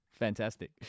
Fantastic